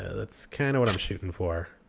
that's kind of what i'm shooting for.